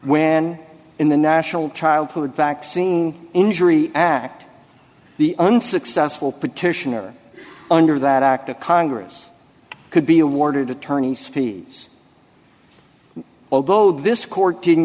when in the national childhood vaccine injury act the unsuccessful petitioner under that act of congress could be awarded attorney's fees although this co